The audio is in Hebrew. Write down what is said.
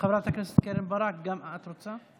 חברת הכנסת קרן ברק, גם את רוצה?